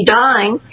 dying